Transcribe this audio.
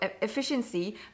efficiency